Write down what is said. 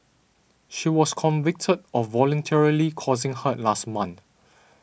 she was convicted of voluntarily causing hurt last month